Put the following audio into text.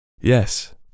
Yes